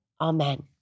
Amen